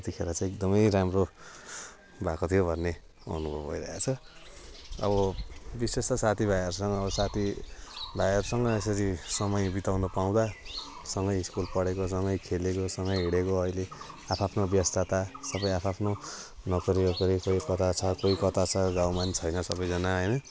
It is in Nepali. यतिखेर चाहिँ एकदमै राम्रो भएको थियो भन्ने अनुभव भइरहेको छ अब विशेष त साथी भाइहरूसँग अब साथी भाइहरूसँग यसरी समय बिताउनु पाउँदा सँगै स्कुल पढेको सँगै खेलेको सँगै हिँडेको अहिले आफ आफ्नो व्यस्तता सबै आफ आफ्नो नोकरी ओकरी कोही कता छ कोही कता छ गाउँमा छैन सबैजना होइन